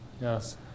Yes